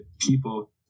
people